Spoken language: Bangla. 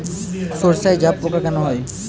সর্ষায় জাবপোকা কেন হয়?